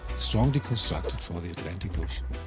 strongly constructed for the atlantic ocean.